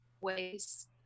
ways